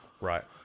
right